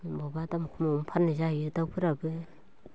अबावबा दाम खमावनो फाननाय जायो दाउफोराबो